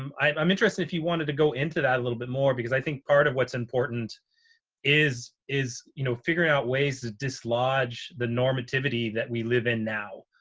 um i'm interested if you wanted to go into that a little bit more because i think part of what's important is, is, you know, figuring out ways to dislodge the norm activity that we live in now,